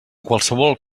qualsevol